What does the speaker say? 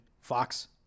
Fox